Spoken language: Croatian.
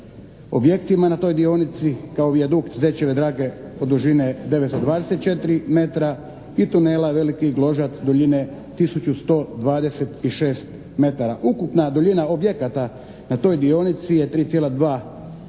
objektima na toj dionici kao vijadukt …/Govornik se ne razumije./… od dužine 924 metra i tunela Veliki Gložac duljine tisuću 126 metara. Ukupna duljina objekata na toj dionici je 3,2 kilometra